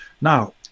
Now